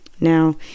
Now